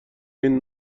این